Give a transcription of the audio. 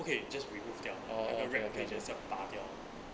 okay just remove 掉那个 wrap 可以真相拔掉